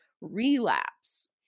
relapse